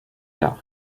tard